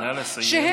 נא לסיים,